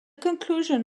conclusion